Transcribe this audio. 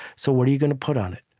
so what are you going to put on it?